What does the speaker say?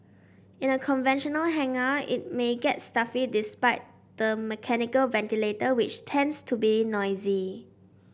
in a conventional hangar it may get stuffy despite the mechanical ventilator which tends to be noisy